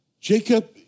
Jacob